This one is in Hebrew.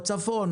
בצפון,